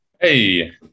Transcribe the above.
hey